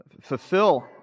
fulfill